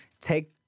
take